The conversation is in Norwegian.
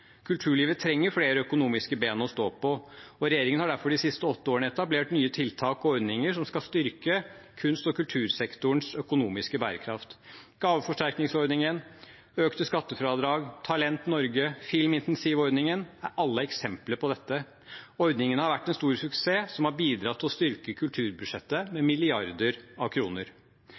Kulturlivet trenger flere økonomiske ben å stå på, og regjeringen har derfor de siste åtte årene etablert nye tiltak og ordninger som skal styrke kunst- og kultursektorens økonomiske bærekraft. Gaveforsterkningsordningen, økte skattefradrag, Talent Norge og filminsentivordningen er alle eksempler på dette. Ordningene har vært en stor suksess som har bidratt til å styrke kulturbudsjettet med milliarder av kroner.